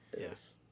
Yes